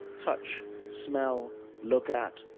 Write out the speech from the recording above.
touch, smell, look at,